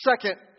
Second